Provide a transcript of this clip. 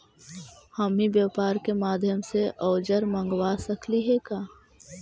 हम ई व्यापार के माध्यम से औजर मँगवा सकली हे का?